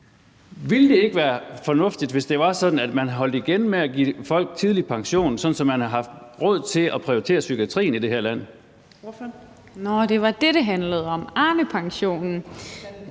Ville det ikke være fornuftigt, hvis det var sådan, at man havde holdt igen med at give folk tidlig pension, så man havde haft råd til at prioritere psykiatrien i det her land? Kl. 14:33 Anden næstformand (Trine